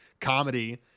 comedy